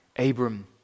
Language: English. Abram